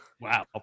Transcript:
Wow